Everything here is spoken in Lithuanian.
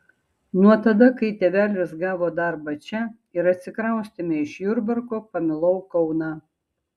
nuo tada kai tėvelis gavo darbą čia ir atsikraustėme iš jurbarko pamilau kauną